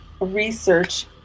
research